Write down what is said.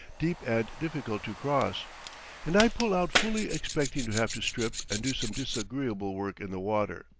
deep and difficult to cross and i pull out fully expecting to have to strip and do some disagreeable work in the water.